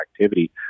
activity